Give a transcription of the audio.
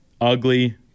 ugly